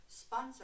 Sponsor